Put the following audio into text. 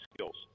skills